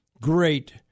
great